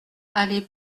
allée